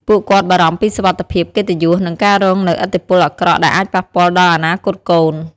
ពួកគាត់បារម្ភពីសុវត្ថិភាព កិត្តិយស និងការរងនូវឥទ្ធិពលអាក្រក់ដែលអាចប៉ះពាល់ដល់អនាគតកូន ។